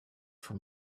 from